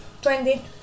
Twenty